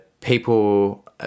people